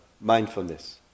mindfulness